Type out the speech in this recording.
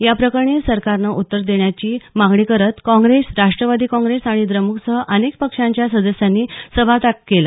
या प्रकरणी सरकारनं उत्तर देण्याची मागणी करत काँग्रेस राष्ट्रवादी काँग्रेस आणि द्रमुकसह अनेक पक्षांच्या सदस्यांनी सभात्याग केला